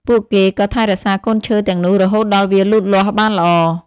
ពួកគេក៏ថែរក្សាកូនឈើទាំងនោះរហូតដល់វាលូតលាស់បានល្អ។